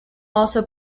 also